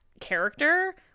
character